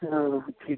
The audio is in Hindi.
हाँ हाँ ठीक